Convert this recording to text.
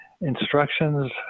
instructions